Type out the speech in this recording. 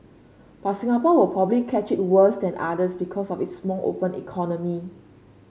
but Singapore will probably catch it worse than others because of its small open economy